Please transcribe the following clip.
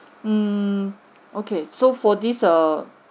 mm okay so for this err